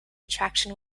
attraction